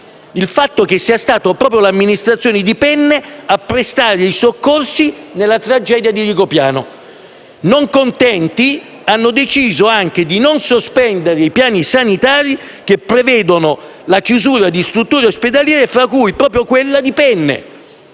il fatto che sia stata proprio l'amministrazione di Penne a prestare i soccorsi nella tragedia di Rigopiano. Non contenti, hanno deciso anche di non sospendere i piani sanitari che prevedono la chiusura di strutture ospedaliere fra cui proprio quella di Penne.